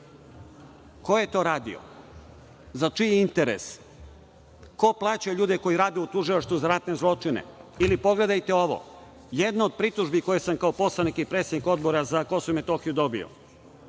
Ko je to radio? Za čiji interes? Ko plaća ljude koji rade u Tužilaštvu za ratne zločine? Ili, pogledajte ovo, jedna od pritužbi koju sam kao poslanik i predsednik Odbora za KiM dobio.